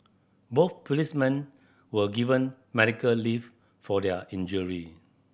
both policemen were given medical leave for their injury